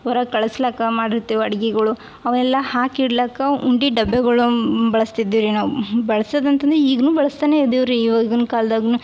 ಹೊರಗ್ ಕಳ್ಸ್ಲಿಕ್ಕ ಮಾಡಿರ್ತೀವಿ ಅಡ್ಗಿಗಳು ಅವೆಲ್ಲ ಹಾಕಿ ಇಡ್ಲಿಕ್ಕ ಉಂಡಿ ಡಬ್ಬಿಗಳು ಬಳಸ್ತಿದ್ದಿವಿ ರೀ ನಾವು ಬಳ್ಸದು ಅಂತಲೂ ಈಗ್ಲೂ ಬಳಸ್ತಾನೇ ಇದ್ದೀವಿ ರೀ ಇವಾಗಿನ ಕಾಲ್ದಾಗ್ಲೂ